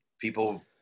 people